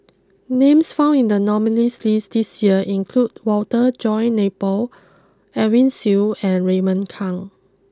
names found in the nominees' list this year include Walter John Napier Edwin Siew and Raymond Kang